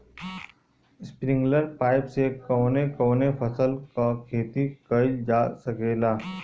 Sprinkler pipe से कवने कवने फसल क खेती कइल जा सकेला?